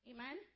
Amen